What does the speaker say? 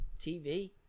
TV